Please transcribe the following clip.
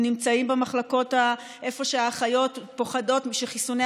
הם נמצאים במחלקות איפה שהאחיות פוחדות שחיסוני